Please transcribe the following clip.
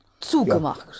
zugemacht